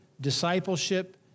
discipleship